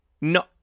No